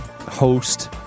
host